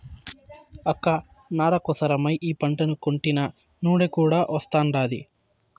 అక్క నార కోసరమై ఈ పంటను కొంటినా నూనె కూడా వస్తాండాది